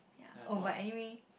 ya oh but anyway